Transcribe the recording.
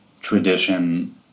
tradition